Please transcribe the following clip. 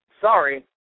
sorry